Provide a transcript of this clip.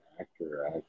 Actor